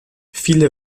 viele